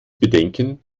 bedenken